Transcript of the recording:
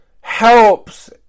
helps